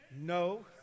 No